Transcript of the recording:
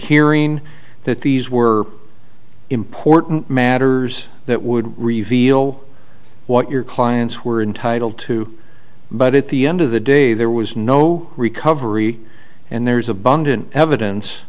hearing that these were important matters that would reveal what your clients were entitle to but at the end of the day there was no recovery and there's abundant evidence